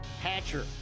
Hatcher